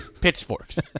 pitchforks